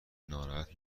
ناراحت